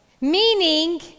Meaning